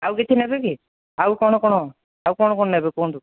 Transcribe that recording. ଆଉ କିଛି ନେବେକି ଆଉ କ'ଣ କ'ଣ ଆଉ କ'ଣ କ'ଣ ନେବେ କୁହଁନ୍ତୁ